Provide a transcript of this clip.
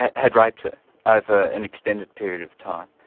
had had raped her over an extended period of time.